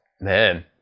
Man